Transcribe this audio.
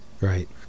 Right